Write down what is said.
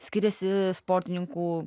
skiriasi sportininkų